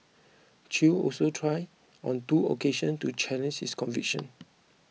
Chew also tried on two occasions to challenge his conviction